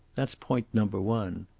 that's point number one.